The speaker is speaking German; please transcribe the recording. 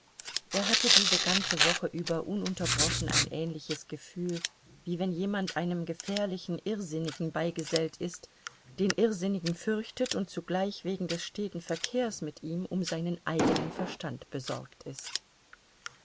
er hatte diese ganze woche über ununterbrochen ein ähnliches gefühl wie wenn jemand einem gefährlichen irrsinnigen beigesellt ist den irrsinnigen fürchtet und zugleich wegen des steten verkehrs mit ihm um seinen eigenen verstand besorgt ist